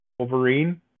Wolverine